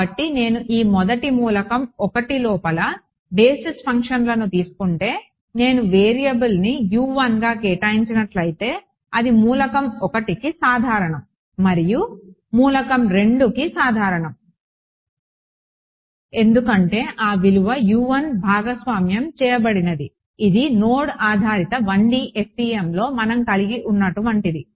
కాబట్టి నేను ఈ మొదటి మూలకం 1 లోపల బేసిస్ ఫంక్షన్లను తీసుకుంటే నేను వేరియబుల్ని గా కేటాయించినట్లయితే అది మూలకం 1కి సాధారణం మరియు మూలకం 2కి సాధారణం ఎందుకంటే ఆ విలువ భాగస్వామ్యం చేయబడినది ఇది నోడ్ ఆధారిత 1D FEMలో మనం కలిగి ఉన్నటువంటిది